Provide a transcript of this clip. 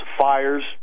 fires